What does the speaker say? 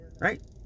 right